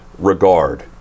regard